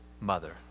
mother